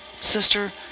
sister